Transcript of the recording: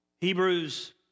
Hebrews